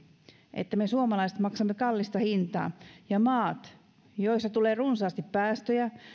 että me suomalaiset maksamme kallista hintaa ja maat joista tulee runsaasti päästöjä